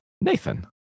Nathan